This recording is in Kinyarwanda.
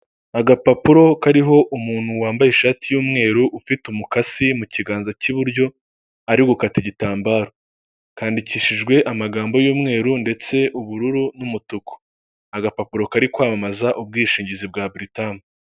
Icyemezo cy'Ikigo cy'igihugu gishinzwe imisoro n'amahoro, Rwanda Reveniyu Osoriti cyerekana y'uko barangije kumenyekanisha umusoro. Ikigo cya Kigali Hadura Podi Limitedi kikaba cyarangije kumenyekanisha umusoro w'ibihumbi bibiri na cumi na gatanu.